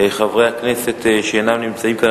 חברי הכנסת שאינם נמצאים כאן,